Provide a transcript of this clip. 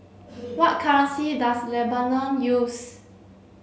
what currency does Lebanon use